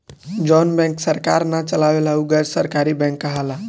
जवन बैंक सरकार ना चलावे उ गैर सरकारी बैंक कहाला